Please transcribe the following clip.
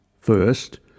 First